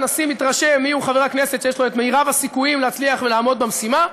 והנשיא מתרשם מיהו חבר הכנסת שיש לו מרב הסיכויים להצליח לעמוד במשימה,